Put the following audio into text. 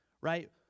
right